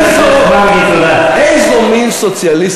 לא שלנו.